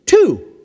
Two